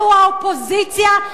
אנחנו האופוזיציה,